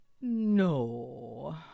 No